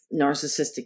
narcissistic